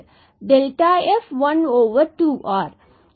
இந்த f 1 2 r ஆகும்